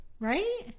Right